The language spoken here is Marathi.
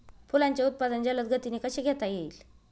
फुलांचे उत्पादन जलद गतीने कसे घेता येईल?